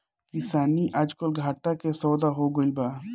किसानी आजकल घाटा के सौदा हो गइल बा